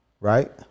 Right